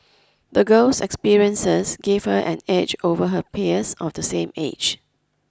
the girl's experiences gave her an edge over her peers of the same age